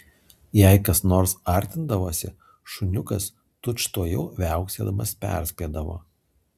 jei kas nors artindavosi šuniukas tučtuojau viauksėdamas perspėdavo